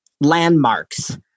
landmarks